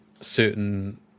certain